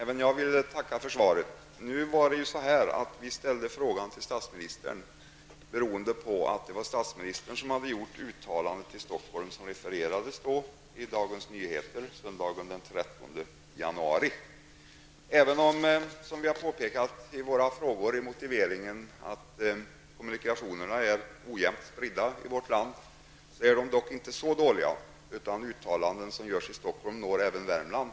Herr talman! Även jag vill tacka för svaret. Vi ställde dessa frågor till statsministern, eftersom han hade gjort det uttalande i Stockholm som refererades i Dagens Nyheter, söndagen den 13 Även om kommunikationerna i vårt land är ojämnt spridda -- som vi också har påpekat i motiveringen till våra frågor -- är de dock inte sämre än att uttalanden som görs i Stockholm når också Värmland.